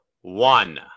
one